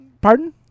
Pardon